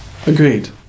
Agreed